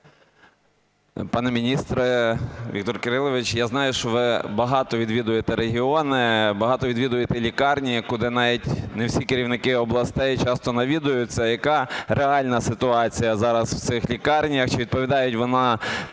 Пане міністре Віктор Кирилович, я знаю, що ви багато відвідуєте регіони, багато відвідуєте лікарні, куди навіть не всі керівники областей часто навідуються. Яка реальна ситуація зараз в цих лікарнях? Чи відповідає вона